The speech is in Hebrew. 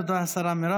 תודה, השרה מרב.